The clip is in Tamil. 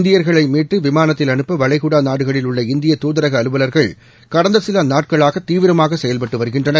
இந்தியர்களை மீட்டு விமானத்தில் அனுப்ப வளைகுடா நாடுகளில் உள்ள இந்திய தூதரக அலுவலர்கள் கடந்த சில நாட்களாக தீவிரமாக செயல்பட்டு வருகின்றன